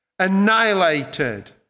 Annihilated